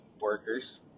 workers